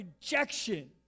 rejection